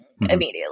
immediately